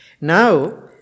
now